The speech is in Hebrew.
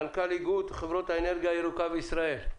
מנכ"ל איגוד חברות האנרגיה הירוקה בישראל.